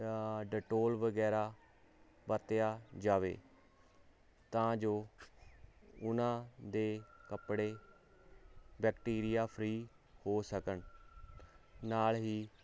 Dettol ਵਗੈਰਾ ਵਰਤਿਆ ਜਾਵੇ ਤਾਂ ਜੋ ਉਨਾਂ ਦੇ ਕੱਪੜੇ ਬੈਕਟੀਰੀਆ ਫਰੀ ਹੋ ਸਕਣ ਨਾਲ ਹੀ